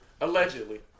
allegedly